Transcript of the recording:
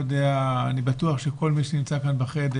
אני בטוח שכל מי שנמצא כאן בחדר,